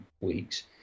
weeks